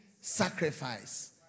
sacrifice